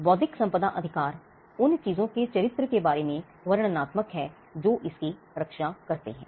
बौद्धिक संपदा अधिकार उन चीजों के चरित्र के बारे में वर्णनात्मक हैं जो इसकी रक्षा करते हैं